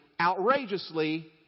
outrageously